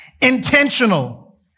intentional